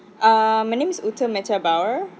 uh my name is ute meta bauer